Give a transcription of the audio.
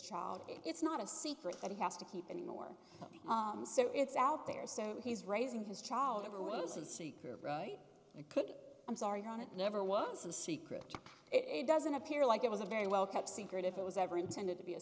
child it's not a secret that he has to keep any more so it's out there so he's raising his child every once in secret right and could i'm sorry on it never was a secret it doesn't appear like it was a very well kept secret if it was ever intended to be a